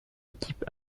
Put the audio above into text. équipe